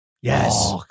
yes